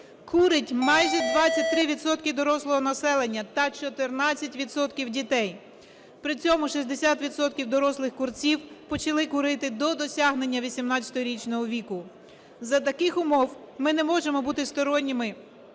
курить майже 23 відсотки дорослого населення та 14 відсотків дітей, при цьому 60 відсотків дорослих курців почали курити до досягнення 18-річного віку. За таких умов ми не можемо бути сторонніми